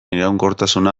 iraunkortasuna